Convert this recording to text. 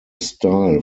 style